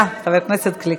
תודה, חבר הכנסת גליק.